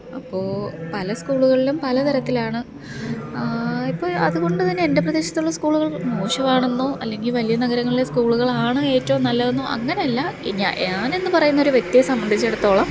അപ്പോൾ പല സ്കൂളുകളിലും പല തരത്തിലാണ് ഇപ്പം അതുകൊണ്ട് തന്നെ എന്റെ പ്രദേശത്തുള്ള സ്കൂളുകള് മോശവാണന്നോ അല്ലെങ്കില് വലിയ നഗരങ്ങളിലെ സ്കൂളുകളാണ് ഏറ്റവും നല്ലതെന്നോ അങ്ങനല്ല ഈ ഞാന് ഞാനെന്ന് പറയുന്നൊരു വ്യക്തിയെ സംബന്ധിച്ചെടത്തോളം